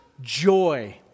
joy